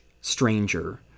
stranger